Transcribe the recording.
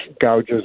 gouges